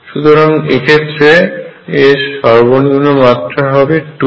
সুতরাং এক্ষেত্রে এর সর্বনিম্ন মাত্রা হবে 2